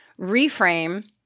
reframe